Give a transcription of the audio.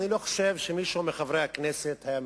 אני לא חושב שמישהו מחברי הכנסת היה מתנגד.